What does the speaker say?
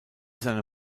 seine